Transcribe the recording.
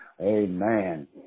Amen